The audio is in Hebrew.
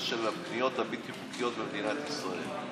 של הבניות הבלתי-חוקיות במדינת ישראל.